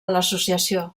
l’associació